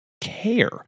care